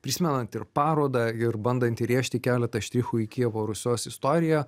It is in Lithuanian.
prisimenant ir parodą ir bandant įrėžti keletą štrichų ir kijevo rusios istoriją